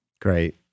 Great